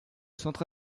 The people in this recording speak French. centre